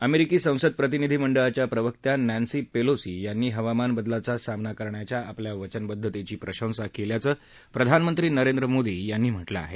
अमेरिकी संसद प्रतिनिधीमंडळाच्या प्रवक्त्या नॅन्सी पेलोसी यांनी हवामानबदलाच्या सामना करण्याच्या आपल्या वचनबद्धतेची प्रशंसा केल्याचं प्रधानमंत्री नरेंद्र मोदी यांनी म्हटलं आहे